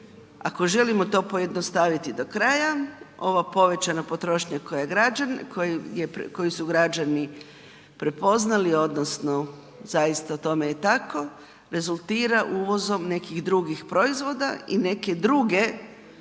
ako želimo to pojednostaviti do kraja, ova povećana potrošnja koju su građani prepoznali odnosno zaista tome je tako, rezultira uvozom nekih drugih proizvoda i neke druge zemlje